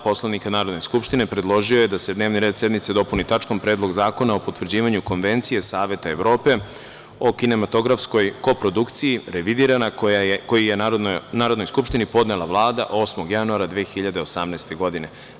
Poslovnika Narodne skupštine, predložio je da se dnevni red sednice dopuni tačkom – Predlog zakona o potvrđivanju Konvencije Saveta Evrope o kinematografskoj koprodukciji (Revidirana), koji je Narodnoj skupštini podnela Vlada, 8. januara 2018. godine.